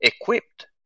equipped